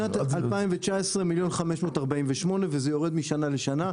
בשנת 2019 1.548 מיליון, וזה יורד משנה לשנה.